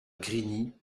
grigny